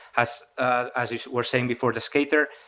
as ah as we're saying before, the skater,